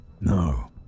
No